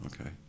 Okay